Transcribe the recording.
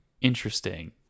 Interesting